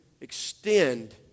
extend